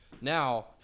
Now